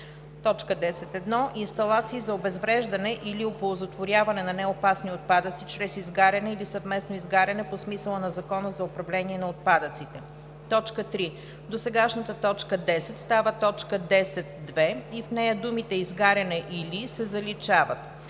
„10.1. Инсталации за обезвреждане или оползотворяване на неопасни отпадъци чрез изгаряне или съвместно изгаряне по смисъла на Закона за управление на отпадъците.“ 3. Досегашната т. 10 става т. 10.2 и в нея думите „изгаряне или“ се заличават.